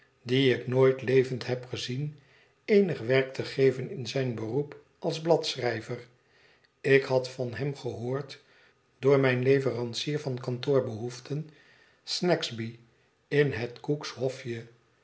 dien ik nooit levend heb gezien eenig werk te geven in zijn beroep als bladschrijver ik had van hem gehoord door mijn leverancier van kantoorbehoeften snagsby in het cook's hofje